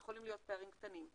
יכולים להיות פערים קטנים.